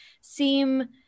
seem